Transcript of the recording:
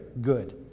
good